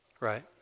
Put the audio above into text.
Right